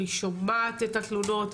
אני שומעת את התלונות,